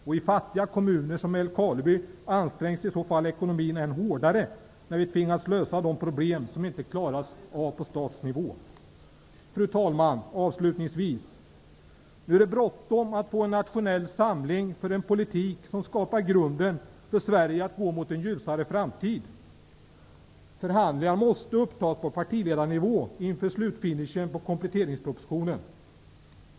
I fattiga kommuner som Älvkarleby ansträngs ekonomin ännu hårdare om man tvingas lösa de problem som inte klaras av centralt. Fru talman! Nu är det bråttom med att få en nationell samling för en politik som skapar grunden för Sverige att gå mot en ljusare framtid. Förhandlingar på partiledarnivå måste upptas inför slutspurten i arbetet med kompletteringspropositionen.